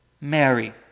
Mary